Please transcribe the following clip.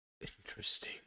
Interesting